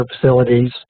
facilities